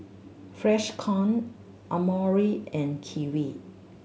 Freshkon Amore and Kiwi